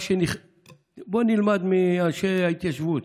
בואו נלמד מאנשי ההתיישבות,